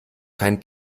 kein